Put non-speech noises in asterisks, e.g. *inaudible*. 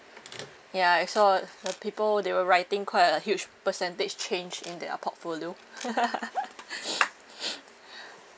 ya I saw the people they were writing quite a huge percentage change in their portfolio *laughs* *noise*